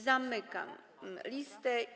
Zamykam listę.